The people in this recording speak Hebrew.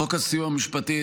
חוק הסיוע המשפטי,